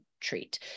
treat